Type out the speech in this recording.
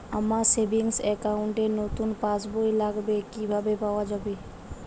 আমার savings account র নতুন পাসবই লাগবে, কিভাবে পাওয়া যাবে?